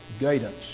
guidance